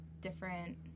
different